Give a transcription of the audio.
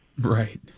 Right